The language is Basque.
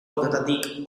urtetatik